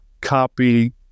copy